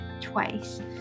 twice